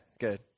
Good